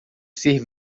ser